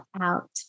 out